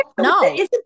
No